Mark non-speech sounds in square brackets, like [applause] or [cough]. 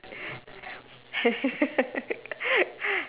[laughs]